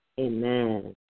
Amen